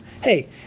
Hey